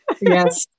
Yes